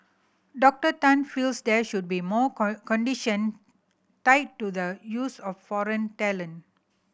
Doctor Tan feels there should be more condition tied to the use of foreign talent